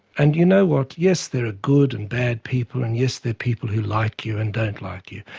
and you know what, yes there are good and bad people, and yes there are people who like you and don't like you,